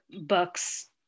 books